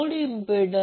4586 kilowatt असेल